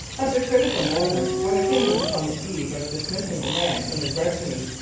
at the critical moment when the king was upon the eve of dismissing the man from his retinue,